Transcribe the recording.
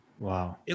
Wow